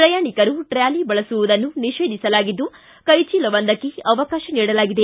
ಪ್ರಯಾಣಿಕರು ಟ್ರ್ಯಾಲಿ ಬಳಸುವುದನ್ನು ನಿಷೇಧಿಸಲಾಗಿದ್ದು ಕೈಚೀಲವೊಂದಕ್ಕೆ ಅವಕಾಶ ನೀಡಲಾಗಿದೆ